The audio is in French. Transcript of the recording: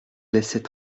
laissait